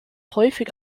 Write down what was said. häufig